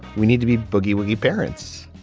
we need to be boogie woogie parents.